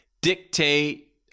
dictate